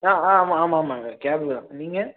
ஆ ஆ ஆமாம் ஆமாங்க கேபுதான் நீங்கள்